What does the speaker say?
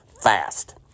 fast